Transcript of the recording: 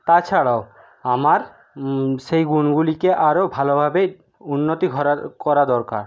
তাছাড়াও আমার সেই গুণগুলিকে আরো ভালোভাবে উন্নতি করা দরকার